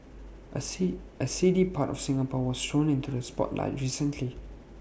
A see A seedy part of Singapore was thrown into the spotlight recently